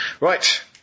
Right